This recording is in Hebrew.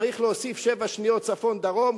צריך להוסיף שבע שניות צפון דרום,